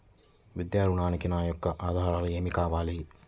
విద్యా ఋణంకి నా యొక్క ఆధారాలు ఏమి కావాలి?